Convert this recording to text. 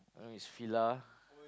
uh it's Fila